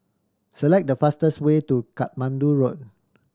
select the fastest way to Katmandu Road